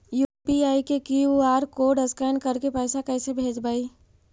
UPI के QR code scan करके पैसा कैसे भेजबइ?